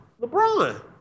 LeBron